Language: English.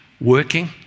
working